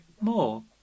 more